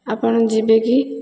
ଆପଣ ଯିବେ କି